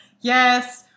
yes